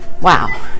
wow